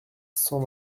cent